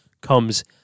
comes